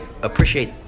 appreciate